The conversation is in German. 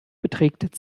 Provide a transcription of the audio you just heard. beträgt